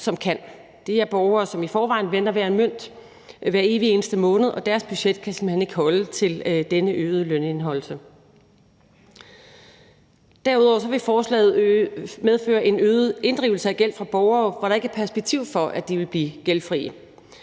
som kan. Det er borgere, som i forvejen vender hver en mønt hver evig eneste måned, og deres budget kan simpelt hen ikke holde til denne øgede lønindeholdelse. Derudover vil forslaget medføre en øget inddrivelse af gæld fra borgere, hvor der ikke er perspektiv for, at de vil blive gældfrie.